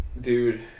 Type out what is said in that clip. Dude